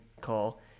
call